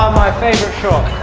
my favorite shot.